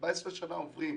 14 שנה עוברות,